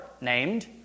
named